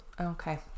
Okay